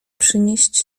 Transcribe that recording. przynieść